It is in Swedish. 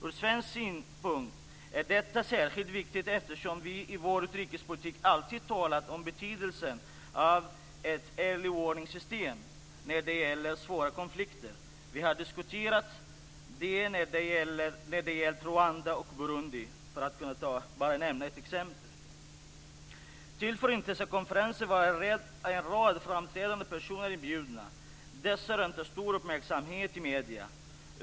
Ur svensk synpunkt är detta särskilt viktigt, eftersom vi i vår utrikespolitik alltid talat om betydelsen av ett early warning-system när det gäller svåra konflikter. Vi har diskuterat det när det gällt Rwanda och Burundi, för att nämna några exempel. Till Förintelsekonferensen var en rad framträdande personer inbjudna. Dessa rönte stor uppmärksamhet i medierna.